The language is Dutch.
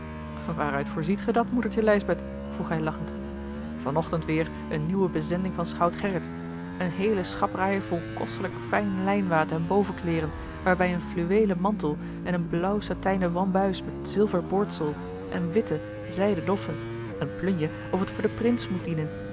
waaruit voorziet gij dat moedertje lijsbeth vroeg hij lachend van ochtend weêr eene nieuwe bezending van schout gerrit een heele schapraay vol kostelijk fijn lijnwaad en bovenkleêren waarbij een fluweelen mantel en een blauw satijnen wambuis met zilver boordsel en witte zijden doffen een plunje of t voor den prins moet dienen